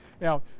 Now